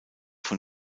von